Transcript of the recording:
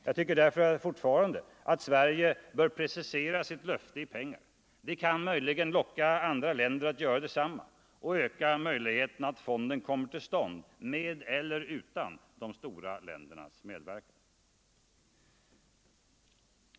Jag tycker därför fortfarande att Sverige bör precisera sitt löfte i pengar. Det kan möjligen locka andra länder att göra detsamma och öka möjligheterna till att fonden kommer till stånd, med eller utan de stora ländernas medverkan.